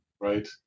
right